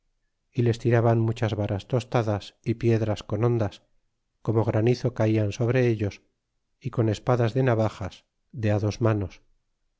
y les tiraban muchas varas tostadas y piedras con hondas como granizo calan sobre ellos y con espadas de navajas de lt dos manos